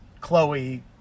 Chloe